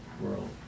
world